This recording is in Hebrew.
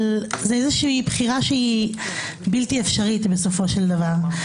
זאת בחירה בלתי אפשרית בסופו של דבר.